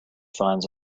finds